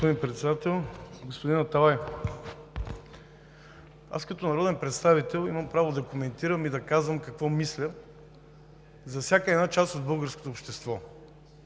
Господин Председател! Господин Аталай, като народен представител имам право да коментирам и да казвам какво мисля за всяка една част от българското общество,